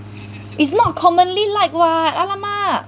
it's not commonly liked what !alamak!